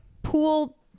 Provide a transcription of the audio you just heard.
Pool